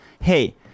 hey